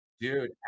Dude